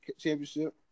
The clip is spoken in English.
championship